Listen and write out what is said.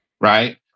right